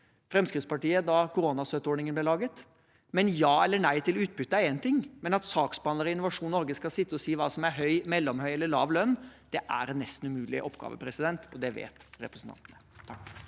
Fremskrittspartiet da koronastøtteordningene ble laget. Ja eller nei til utbytte er én ting, men at saksbehandlere i Innovasjon Norge skal sitte og si hva som er høy, mellomhøy eller lav lønn, er en nesten umulig oppgave, og det vet representantene.